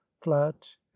flat